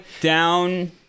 down